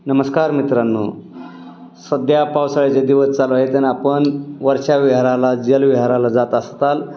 नमस्कार मित्रांनो सध्या पावसाळ्याच्या दिवस चालू आहे त्यांना आपण वर्षा विहाराला जलविहाराला जात असताल